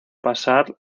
pasar